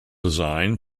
design